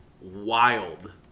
wild